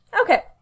Okay